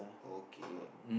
okay